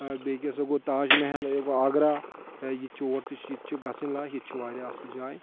بے کیاہ سہَ تاج مٮ۪حل یہِ گوٚو آگرا یہِ چھُ اور تہِ چھِ ییٚتہِ چھِ گژھٕنۍ لایَق ییٚتہِ چھِ واریاہ اَصٕل جاے